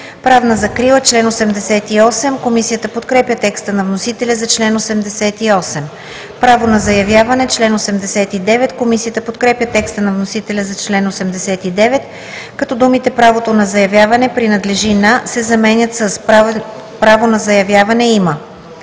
Правна закрила“. Комисията подкрепя текста на вносителя за чл. 88. „Член 89 – Право на заявяване“. Комисията подкрепя текста на вносителя за чл. 89, като думите „правото на заявяване принадлежи на“ се заменят с „право на заявяване има“.